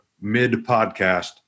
mid-podcast